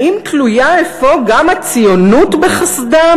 האם תלויה אפוא גם הציונות בחסדם?